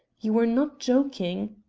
you were not joking?